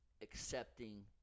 accepting